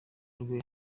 rwe